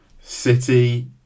City